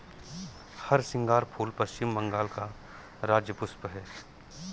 हरसिंगार फूल पश्चिम बंगाल का राज्य पुष्प है